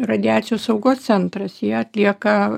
radiacijos saugos centras jie atlieka